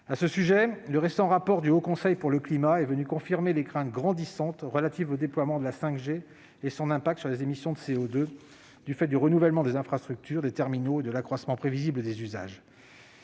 À ce sujet, le récent rapport du Haut Conseil pour le climat est venu confirmer les craintes grandissantes relatives au déploiement de la 5G et son impact sur les émissions de CO2, en raison du renouvellement des infrastructures, des terminaux et de l'accroissement prévisible des usages.